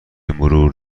مرور